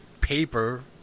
paper